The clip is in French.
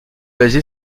basé